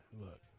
Look